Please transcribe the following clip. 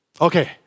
Okay